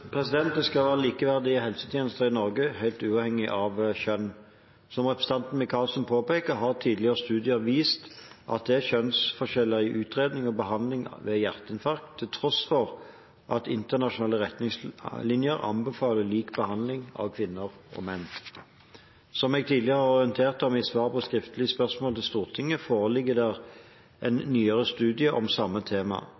Det skal være likeverdige helsetjenester i Norge, helt uavhengig av kjønn. Som representanten Micaelsen påpeker, har tidligere studier vist at det er kjønnsforskjeller i utredning og behandling ved hjerteinfarkt til tross for at internasjonale retningslinjer anbefaler lik behandling av kvinner og menn. Som jeg tidligere har orientert om i svar på skriftlig spørsmål til Stortinget, foreligger